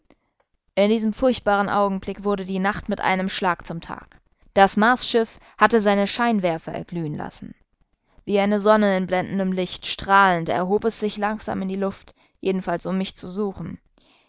in diesem furchtbaren augenblick wurde die nacht mit einem schlag zum tag das marsschiff hatte seine scheinwerfer erglühen lassen wie eine sonne in blendendem licht strahlend erhob es sich langsam in die luft jedenfalls um mich zu suchen